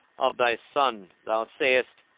of thy son, thou sayest,